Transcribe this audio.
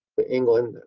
to england,